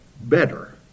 better